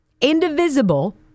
indivisible